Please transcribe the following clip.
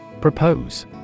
Propose